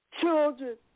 Children